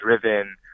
driven